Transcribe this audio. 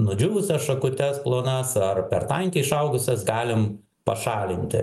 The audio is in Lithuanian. nudžiūvusias šakutes plonas ar per tankiai išaugusias galim pašalinti